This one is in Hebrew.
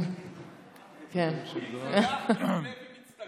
אם זה כך, מיקי לוי מצטרף לליכוד.